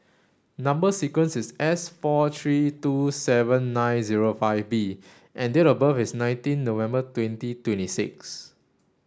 number sequence is S four three two seven nine zero five B and date of birth is nineteen November twenty twenty six